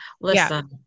Listen